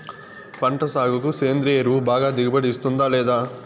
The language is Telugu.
పంట సాగుకు సేంద్రియ ఎరువు బాగా దిగుబడి ఇస్తుందా లేదా